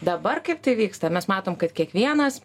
dabar kaip tai vyksta mes matom kad kiekvienas